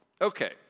Okay